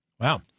Wow